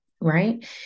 right